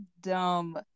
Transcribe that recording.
dumb